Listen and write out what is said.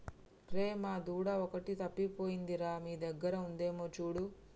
రీమా దూడ ఒకటి తప్పిపోయింది రా మీ దగ్గర ఉందేమో చూడు